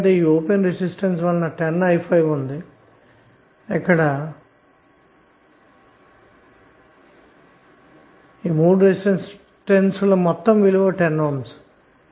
ఈ open resistance వలన 10i5అవుతుంది ఎందుకంటె ఇక్కడ 3 రెసిస్టన్స్ ల మొత్తం విలువ 10 Ohm కాబట్టి